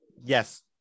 Yes